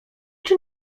czy